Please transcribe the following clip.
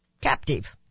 captive